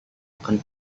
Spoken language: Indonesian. akan